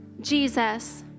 Jesus